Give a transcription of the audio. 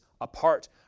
apart